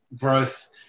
growth